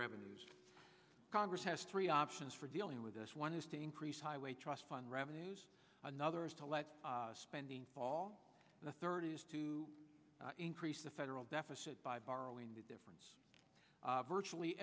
revenues congress has three options for dealing with us one is to increase highway trust fund revenues another is to let spending all the third is to increase the federal deficit by borrowing the difference virtually